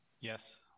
Yes